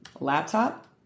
laptop